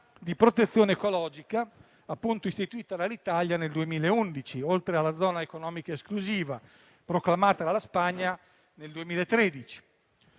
di protezione ecologica appunto istituita dall'Italia nel 2011, oltre alla zona economica esclusiva proclamata la Spagna nel 2013.